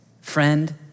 friend